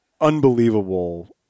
unbelievable